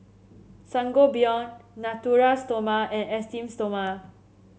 Sangobion Natura Stoma and Esteem Stoma